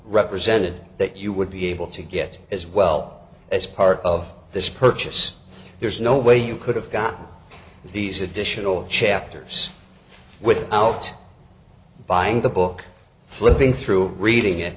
represented that you would be able to get as well as part of this purchase there's no way you could have gotten these additional chapters without buying the book flipping through reading it